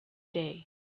day